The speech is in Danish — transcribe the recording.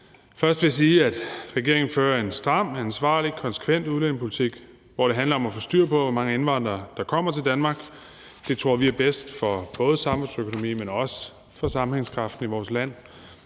Først vil jeg sige, at regeringen fører en stram, ansvarlig og konsekvent udlændingepolitik, hvor det handler om at få styr på, hvor mange indvandrere der kommer til Danmark. Det tror vi er bedst for både samfundsøkonomien, men også for sammenhængskraften i vores land.